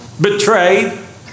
Betrayed